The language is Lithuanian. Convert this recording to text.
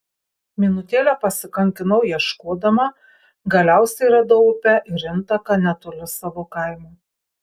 minutėlę pasikankinau ieškodama galiausiai radau upę ir intaką netoli savo kaimo